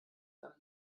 einem